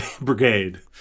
Brigade